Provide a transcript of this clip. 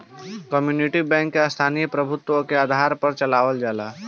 community bank के स्थानीय प्रभुत्व के आधार पर चलावल जाला